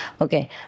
Okay